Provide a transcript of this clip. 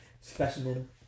specimen